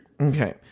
Okay